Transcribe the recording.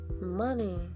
money